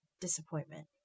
disappointment